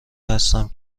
هستم